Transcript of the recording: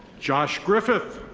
josh griffith.